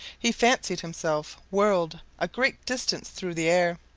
he fancied himself whirled a great distance through the air.